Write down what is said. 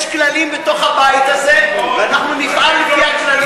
יש כללים בתוך הבית הזה, ואנחנו נפעל לפי הכללים.